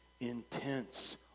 intense